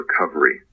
recovery